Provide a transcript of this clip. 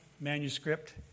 manuscript